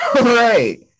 Right